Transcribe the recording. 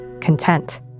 content